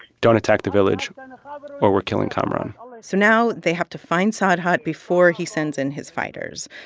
don't attack the village um ah but or we're killing kamaran um so now they have to find sarhad before he sends in his fighters.